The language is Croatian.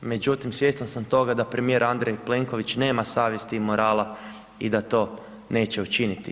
Međutim, svjestan sam toga da premijer Andrej Plenković nema savjest i morala i da to neće učiniti.